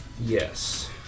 Yes